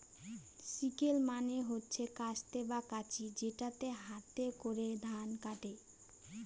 sickle মানে হচ্ছে কাস্তে বা কাঁচি যেটাকে হাতে করে ধান কাটে